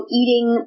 eating